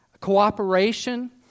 cooperation